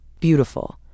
beautiful